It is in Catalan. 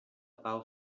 pau